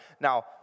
Now